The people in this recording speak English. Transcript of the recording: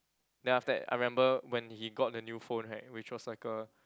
then after that I remember when he got the new phone right which was like a